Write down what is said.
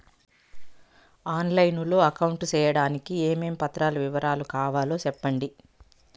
On line లో account సేయడానికి ఏమేమి పత్రాల వివరాలు కావాలో సెప్పండి?